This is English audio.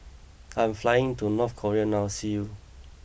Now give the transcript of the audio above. I am flying to North Korea now see you